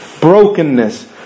brokenness